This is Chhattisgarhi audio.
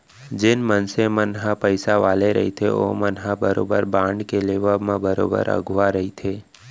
जेन मनसे मन ह पइसा वाले रहिथे ओमन ह बरोबर बांड के लेवब म बरोबर अघुवा रहिथे